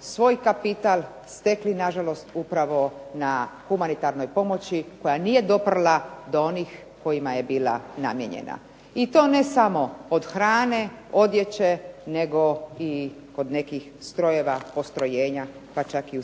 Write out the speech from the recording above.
svoj kapital stekli na žalost upravo na humanitarnoj pomoći koja nije doprla do onih kojima je bila namijenjena, i to ne samo od hrane, odjeće, nego i kod nekih strojeva, postrojenja, pa čak i